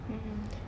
mm mm